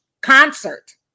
concert